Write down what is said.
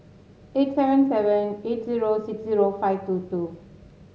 eight seven seven eight zero six zero five two two